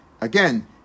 again